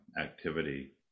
activity